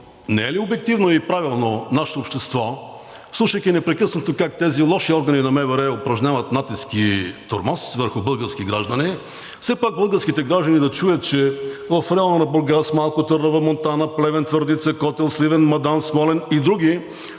Не ли е обективно и правилно нашето общество, слушайки непрекъснато как тези лоши органи на МВР упражняват натиск и тормоз върху български граждани, все пак българските граждани да чуят, че в района на Бургас, Малко Търново, Монтана, Плевен, Твърдица, Котел, Сливен, Мадан, Смолян и други